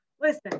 Listen